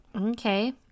Okay